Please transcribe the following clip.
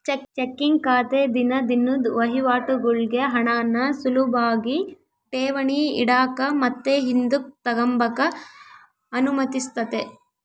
checking ಖಾತೆ ದಿನ ದಿನುದ್ ವಹಿವಾಟುಗುಳ್ಗೆ ಹಣಾನ ಸುಲುಭಾಗಿ ಠೇವಣಿ ಇಡಾಕ ಮತ್ತೆ ಹಿಂದುಕ್ ತಗಂಬಕ ಅನುಮತಿಸ್ತತೆ